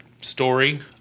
story